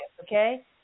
okay